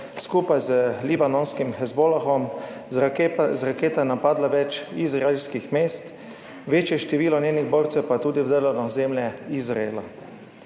skupaj z libanonskim Hezbolahom z raketami napadla več izraelskih mest, večje število njenih borcev pa je tudi vdrlo na ozemlje Izraela.